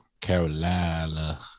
carolina